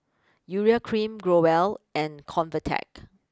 Urea cream Growell and ConvaTec